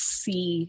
see